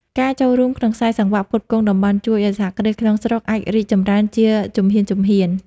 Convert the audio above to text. ការចូលរួមក្នុងខ្សែសង្វាក់ផ្គត់ផ្គង់តំបន់ ជួយឱ្យសហគ្រាសក្នុងស្រុកអាចរីកចម្រើនជាជំហានៗ។